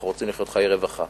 אנחנו רוצים לחיות חיי רווחה,